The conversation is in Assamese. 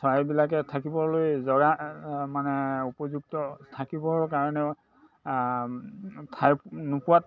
চৰাইবিলাকে থাকিবলৈ জগা মানে উপযুক্ত থাকিবৰ কাৰণে ঠাই নোপোৱাত